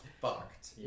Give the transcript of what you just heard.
fucked